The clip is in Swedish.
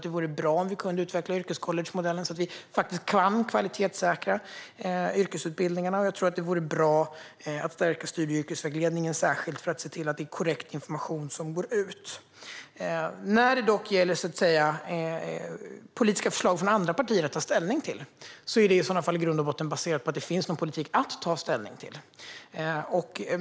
Det vore bra om vi kunde utveckla yrkescollegemodellen så att vi kan kvalitetssäkra yrkesutbildningarna. Det vore bra att förstärka studie och yrkesvägledningen särskilt för att se till att korrekt information går ut. När det gäller att ta ställning till politiska förslag från andra partier är det i grund och botten baserat på att det finns en politik att ta ställning till.